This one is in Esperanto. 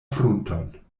frunton